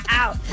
out